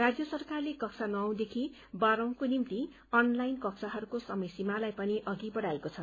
राज्य सरकारले कक्षा नवौ देखि बाह्रौंको निम्ति अनलाइन कक्षाहरूको समय सीमालाई पनि अघि बढ़ाएको छ